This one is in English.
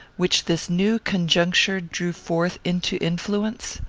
which this new conjuncture drew forth into influence?